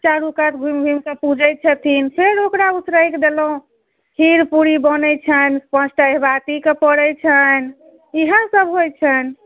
चारु कात घुमि घुमि कऽ पूजैत छथिन फेर ओकरा ऊसरगि देलहुँ खीर पूरी बनैत छनि पाँचटा अहिबातीके पड़ैत छनि इएह सब होइत छनि